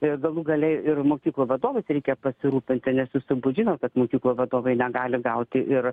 ir galų gale ir mokyklų vadovais reikia pasirūpinti nes jūs turbūt žinot kad mokyklų vadovai negali gauti ir